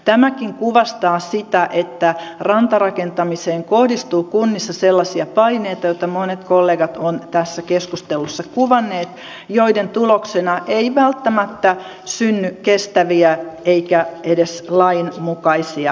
tämäkin kuvastaa sitä että rantarakentamiseen kohdistuu kunnissa sellaisia paineita joita monet kollegat ovat tässä keskustelussa kuvanneet ja joiden tuloksena ei välttämättä synny kestäviä eikä edes lainmukaisia päätöksiä